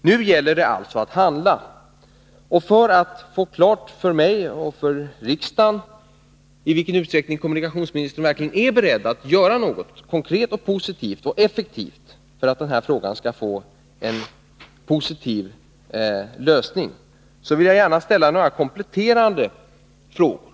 Nu gäller det alltså att handla, och för att det skall klarläggas för mig och för riksdagen i vilken utsträckning kommunikationsministern verkligen är beredd att göra något konkret och positivt och effektivt för att frågan skall få en positiv lösning, vill jag gärna ställa några kompletterande frågor.